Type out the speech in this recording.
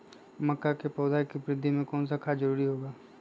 मक्का के पौधा के वृद्धि में कौन सा खाद जरूरी होगा?